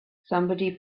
somebody